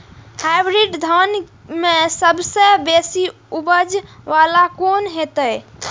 Hybrid धान में सबसे बेसी उपज बाला कोन हेते?